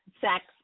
sex